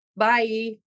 bye